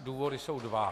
Důvody jsou dva.